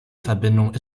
verbindung